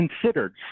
considered